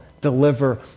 deliver